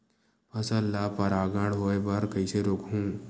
फसल ल परागण होय बर कइसे रोकहु?